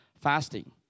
fasting